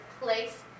place